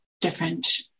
different